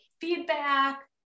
feedback